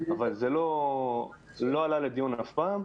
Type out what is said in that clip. אבל זה לא עלה לדיון אף פעם.